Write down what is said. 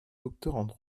docteur